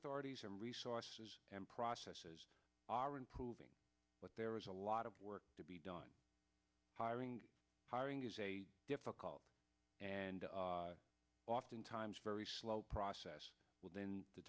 authorities and resources and processes are improving but there is a lot of work to be done hiring hiring is a difficult and oftentimes very slow process in the